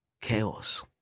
chaos